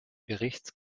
bericht